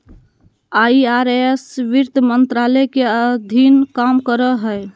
IRS वित्त मंत्रालय के अधीन काम करो हय